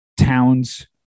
Towns